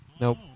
Nope